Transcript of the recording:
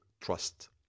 trust